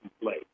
play